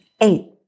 Eight